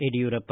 Yediyurappa